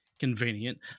convenient